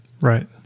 right